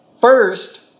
First